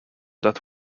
that